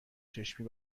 چشمی